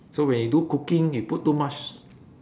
so when you do cooking you put too much